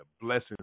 blessings